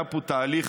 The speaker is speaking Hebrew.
היה פה תהליך